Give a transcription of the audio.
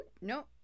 No